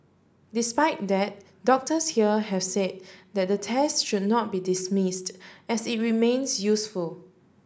despite that doctors here have said that the test should not be dismissed as it remains useful